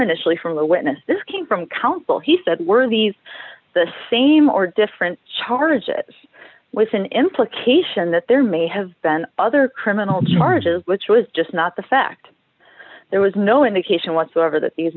initially from the witness this came from counsel he said were these the same or different charges with an implication that there may have been other criminal charges which was just not the fact there was no indication whatsoever that these